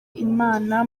imana